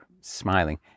smiling